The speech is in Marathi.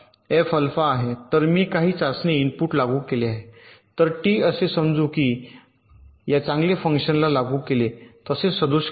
तर मी काही चाचणी इनपुट लागू केले आहे तर टी असे समजू या की मी चांगले फंक्शन ला लागू केले तसेच सदोष कार्य आहे